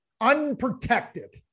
Unprotected